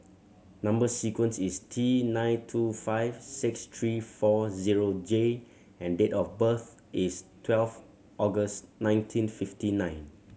number sequence is T nine two five six three four zero J and date of birth is twelve August nineteen fifty nine